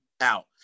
out